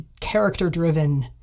character-driven